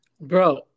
bro